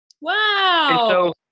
Wow